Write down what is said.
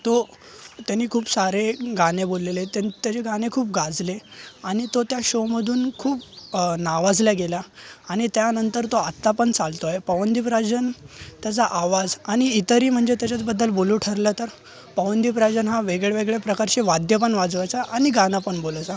तो त्यानी खूप सारे गाणे बोललेले त्यान त्याचे गाणे खूप गाजले आणि तो त्या शोमधून खूप नावाजल्या गेला आणि त्यानंतर तो आत्ता पण चालतो आहे पवनदीप राजन त्याचा आवाज आणि इतरही म्हणजे त्याच्याचबद्दल बोलू ठरलं तर पवनदीप राजन हा वेगळे वेगळे प्रकारचे वाद्य पण वाजवायचा आणि गाणं पण बोलायचा